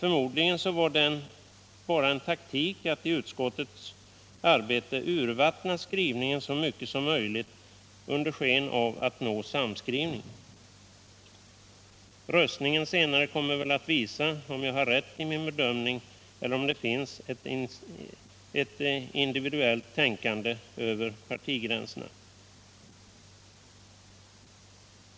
Förmodligen var det bara en taktik att i utskottets arbete urvattna skrivningen så mycket som möjligt under sken av att vilja nå en sammanskrivning. Röstningen senare kommer att visa om jag har rätt i min bedömning eller om det finns ett individuellt tänkande över partigränserna.